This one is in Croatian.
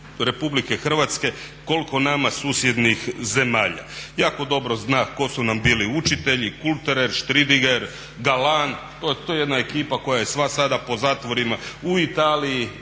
Republike Hrvatske koliko nama susjednih zemalja. Jako dobro znam tko su bili učitelji, Kulterer, Štridiger, Galan, to je jedna ekipa koja je sva sada po zatvorima u Italiji